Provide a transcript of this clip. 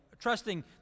trusting